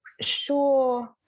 sure